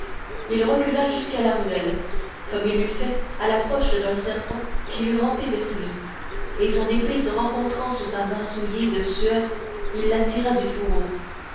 il recula jusqu'à la ruelle comme il eût fait à l'approche d'un serpent qui eût rampé vers lui et son épée se rencontrant sous sa main souillée de sueur il la tira du fourreau